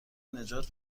نجات